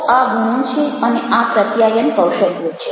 તો આ ગુણો છે અને આ પ્રત્યાયન કૌશલ્યો છે